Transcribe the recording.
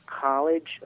college